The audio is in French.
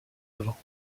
avant